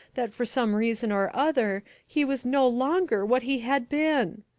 that, for some reason or other, he was no longer what he had been.